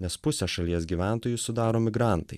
nes pusę šalies gyventojų sudaro migrantai